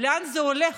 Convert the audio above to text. לאן זה הולך,